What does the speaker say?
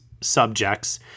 subjects